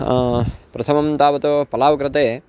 प्रथमं तावत् पलाव् कृते